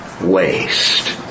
waste